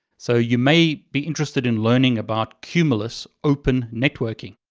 so you may be interested in learning about cumulus open networking.